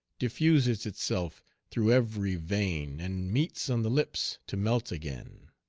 diffuses itself through ev'ry vein and meets on the lips to melt again.